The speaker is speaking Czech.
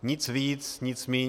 Nic víc, nic míň.